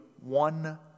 one